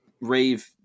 rave